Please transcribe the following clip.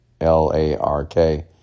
L-A-R-K